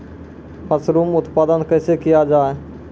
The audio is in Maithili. मसरूम उत्पादन कैसे किया जाय?